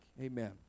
Amen